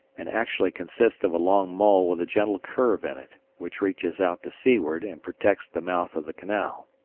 and actually consists of a long mole with a gentle curve in it, which reaches out to seaward and protects the mouth of the canal.